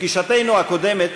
בפגישתנו הקודמת,